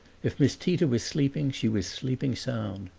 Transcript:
if miss tita was sleeping she was sleeping sound.